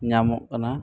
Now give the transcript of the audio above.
ᱧᱟᱢᱚᱜ ᱠᱟᱱᱟ